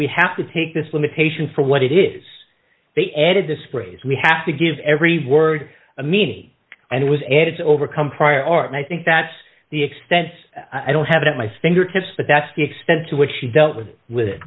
we have to take this limitation for what it is they added this phrase we have to give every word a meeting and it was added to overcome prior art and i think that's the extent i don't have it at my fingertips but that's the extent to which she dealt with wit